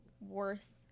worth